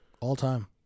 All-time